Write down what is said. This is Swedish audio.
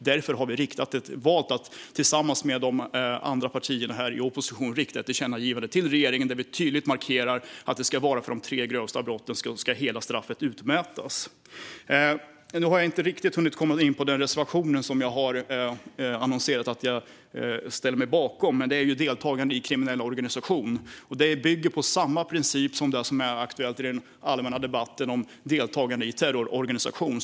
Därför har vi valt att tillsammans med de andra partierna i opposition rikta ett tillkännagivande till regeringen där vi tydligt markerar att hela straffet ska utmätas för de tre grövsta brotten. Jag har inte riktigt hunnit komma in på den reservation jag har annonserat att jag ställer mig bakom, men den gäller deltagande i kriminell organisation. Det bygger på samma princip som det som är aktuellt i den allmänna debatten om deltagande i terrororganisation.